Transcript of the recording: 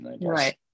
Right